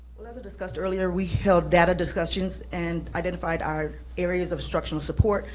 discussed earlier, we held data discussions and identified our areas of instructional support,